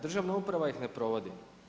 Državna uprava ih ne provodi.